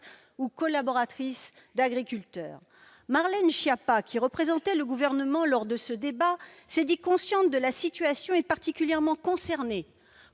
ou collaboratrice d'agriculteur. Marlène Schiappa, qui représentait le Gouvernement lors de ce débat, s'est dite consciente de la situation et particulièrement concernée.